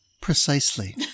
Precisely